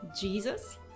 Jesus